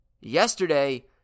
yesterday